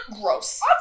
gross